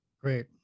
Great